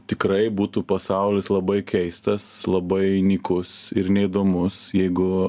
tikrai būtų pasaulis labai keistas labai nykus ir neįdomus jeigu